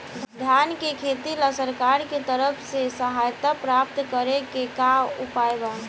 धान के खेती ला सरकार के तरफ से सहायता प्राप्त करें के का उपाय बा?